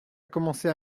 commençait